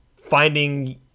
finding